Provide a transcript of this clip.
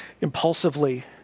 impulsively